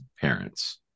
parents